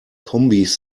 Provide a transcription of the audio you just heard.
kombis